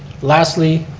lastly,